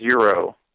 zero